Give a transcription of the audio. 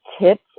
tips